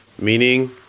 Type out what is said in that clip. Meaning